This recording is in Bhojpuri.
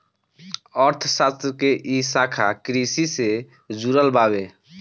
अर्थशास्त्र के इ शाखा कृषि से जुड़ल बावे